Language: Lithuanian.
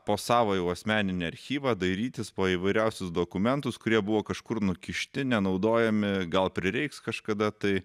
po savo jau asmeninį archyvą dairytis po įvairiausius dokumentus kurie buvo kažkur nukišti nenaudojami gal prireiks kažkada tai